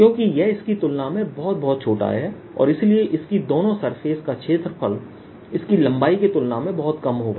क्योंकि यह इसकी तुलना में बहुत बहुत छोटा है और इसलिए इसकी दोनों सरफेस का क्षेत्रफल इसकी लंबाई की तुलना में बहुत कम होगा